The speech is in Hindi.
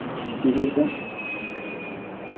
जी सर